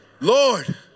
Lord